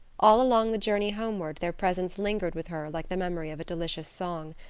all along the journey homeward their presence lingered with her like the memory of a delicious song.